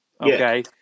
Okay